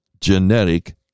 genetic